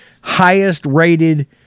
highest-rated